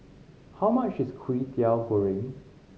how much is Kwetiau Goreng